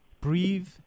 Breathe